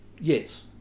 Yes